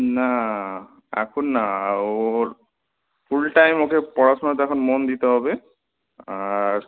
না এখন না ওর ফুল টাইম ওকে পড়াশোনাতে এখন মন দিতে হবে আর